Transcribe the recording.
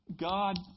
God